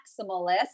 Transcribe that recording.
maximalist